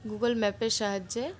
Google ম্যাপের সাহায্যে